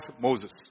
Moses